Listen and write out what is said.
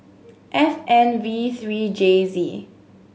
F N V three J Z